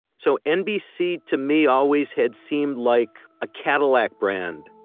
so nbc to me always had seemed like a cadillac brand.